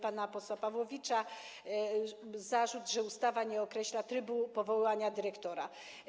Pan poseł Pawłowicz - zarzut, że ustawa nie określa trybu powołania dyrektora.